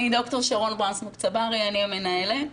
אני ד"ר שרון ברנסבורג-צברי, אני המנהלת.